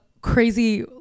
crazy